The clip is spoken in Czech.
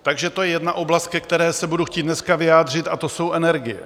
Takže to je jedna oblast, ke které se budu chtít dneska vyjádřit, a to jsou energie.